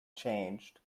changed